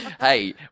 Hey